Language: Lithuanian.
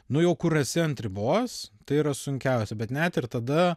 nu jau kur esi ant ribos tai yra sunkiausia bet net ir tada